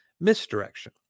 misdirection